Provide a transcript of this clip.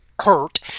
hurt